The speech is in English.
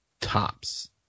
tops